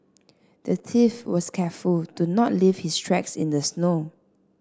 the thief was careful to not leave his tracks in the snow